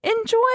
Enjoy